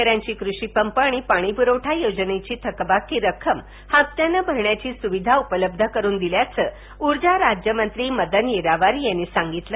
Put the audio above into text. शेतकऱ्यांची कृषी पंप व पाणीपुरवठा योजनेची थकबाकी रक्कम हप्त्याने भरण्याची सुविधा उपलब्ध करुन दिल्याचे ऊर्जा राज्यमंत्री मदन येरावार यांनी सांगितले